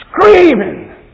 Screaming